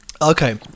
Okay